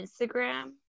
instagram